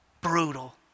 Brutal